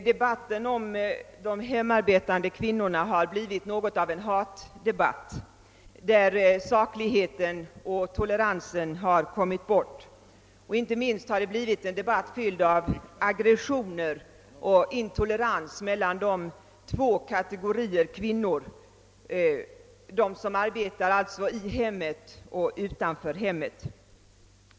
Debatten om de hemarbetande kvinnorna har blivit något av en hatdebatt, där sakligheten och toleransen har kommit bort. Inte minst har det blivit en debatt fylld av aggressioner och intolerans mellan dessa båda kategorier kvinnor: de som arbetar i hemmet och de som arbetar utanför hemmet.